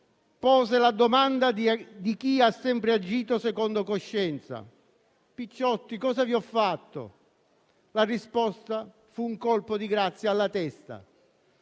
pose la domanda di chi ha sempre agito secondo coscienza: picciotti, cosa vi ho fatto? La risposta fu un colpo di grazia alla testa.